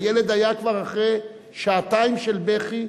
הילד היה כבר אחרי שעתיים של בכי,